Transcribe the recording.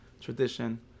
tradition